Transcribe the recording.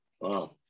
Wow